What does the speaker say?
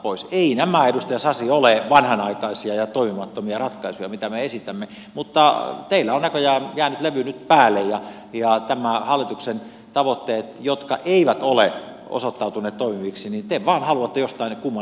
eivät nämä mitä me esitämme edustaja sasi ole vanhanaikaisia ja toimimattomia ratkaisuja mutta teillä on näköjään jäänyt levy nyt päälle ja tämän hallituksen tavoitteita jotka eivät ole osoittautuneet toimiviksi te vain haluatte jostain kumman syystä jatkaa